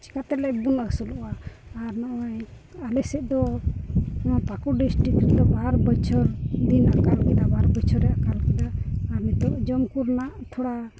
ᱪᱤᱠᱟᱹ ᱛᱮᱵᱚᱱ ᱟᱹᱥᱩᱞᱚᱜᱼᱟ ᱟᱨ ᱱᱚᱜᱼᱚᱭ ᱟᱞᱮ ᱥᱮᱫ ᱫᱚ ᱱᱚᱣᱟ ᱯᱟᱠᱩᱲ ᱰᱤᱥᱴᱤᱠ ᱨᱮᱫᱚ ᱵᱟᱨ ᱵᱚᱪᱷᱚᱨ ᱫᱤᱱ ᱟᱠᱟᱞ ᱠᱮᱫᱟ ᱵᱟᱨ ᱵᱚᱪᱷᱚᱨᱮ ᱟᱠᱟᱞ ᱠᱮᱫᱟ ᱟᱨ ᱱᱤᱛᱚᱜ ᱡᱚᱢ ᱠᱚᱨᱮᱱᱟᱜ ᱛᱷᱚᱲᱟ